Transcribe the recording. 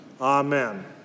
Amen